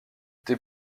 t’es